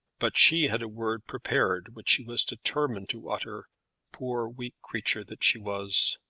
but she had a word prepared which she was determined to utter poor weak creature that she was.